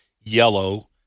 yellow